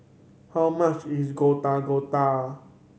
how much is Gado Gado